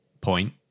point